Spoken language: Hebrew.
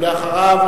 ואחריו,